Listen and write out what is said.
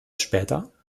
später